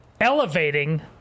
elevating